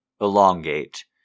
elongate